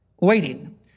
Waiting